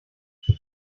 have